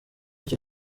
icyo